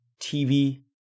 TV